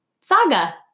saga